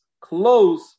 close